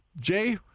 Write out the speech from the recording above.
Jay